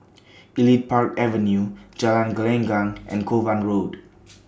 Elite Park Avenue Jalan Gelenggang and Kovan Road